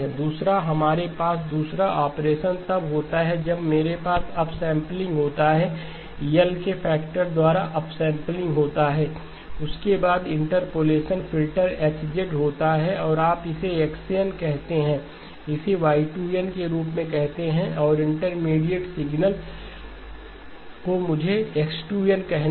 दूसरा हमारे पास दूसरा ऑपरेशन तब होता है जब मेरे पास अपसेंपलिंग होता है L के फैक्टर द्वारा अपसेंपलिंग होता है उसके बाद इंटरपोलेशन फ़िल्टर H होता है और आप इसे x n कहते हैं इसेY2n के रूप में कहते हैं और इंटरमीडिएट सिग्नल को मुझे उसे X2 n कहने दे